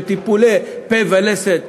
של טיפולי פה ולסת,